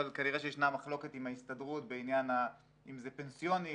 אבל כנראה שישנה מחלוקת עם ההסתדרות בעניין אם זה פנסיוני,